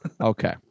Okay